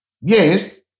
Yes